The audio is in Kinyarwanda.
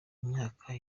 imyaka